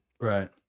Right